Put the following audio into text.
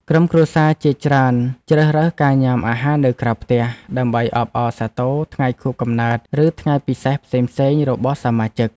ក្រុមគ្រួសារជាច្រើនជ្រើសរើសការញ៉ាំអាហារនៅក្រៅផ្ទះ ដើម្បីអបអរសាទរថ្ងៃខួបកំណើត ឬថ្ងៃពិសេសផ្សេងៗរបស់សមាជិក។